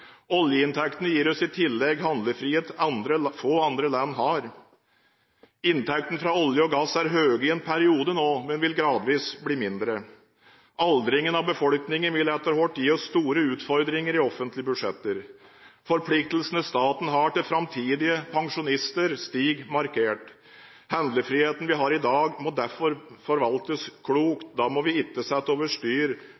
Oljeinntektene gir oss i tillegg en handlefrihet få andre land har. Inntektene fra olje og gass er høye i en periode nå, men vil gradvis bli mindre. Aldringen av befolkningen vil etter hvert gi oss store utfordringer i offentlige budsjetter. Forpliktelsene staten har til framtidige pensjonister, stiger markert. Handlefriheten vi har i dag, må derfor forvaltes